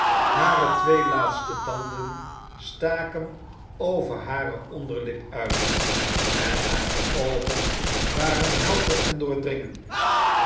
hare twee laatste tanden staken over hare onderlip uit en hare oogen waren helder en doordringend